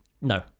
no